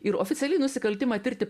ir oficialiai nusikaltimą tirti